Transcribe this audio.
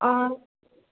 অঁ